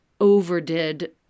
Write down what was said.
overdid